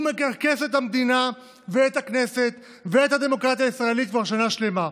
הוא מקרקס את המדינה ואת הכנסת ואת הדמוקרטיה הישראלית כבר שנה שלמה.